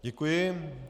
Děkuji.